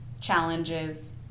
challenges